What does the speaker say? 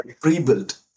pre-built